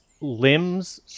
Limbs